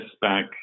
back